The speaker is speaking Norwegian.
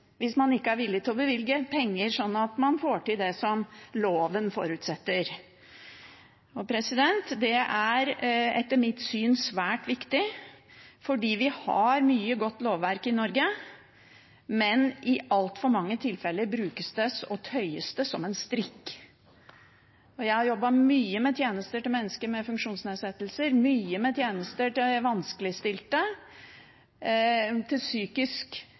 hvis man ikke er villig til å bevilge penger sånn at man får til det som loven forutsetter. Det er etter mitt syn svært viktig fordi vi har mye godt lovverk i Norge, men i altfor mange tilfeller brukes det og tøyes det som en strikk. Jeg har jobbet mye med tjenester til mennesker med funksjonsnedsettelser, mye med tjenester til vanskeligstilte og til psykisk